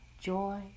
joy